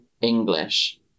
English